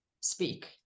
speak